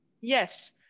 Yes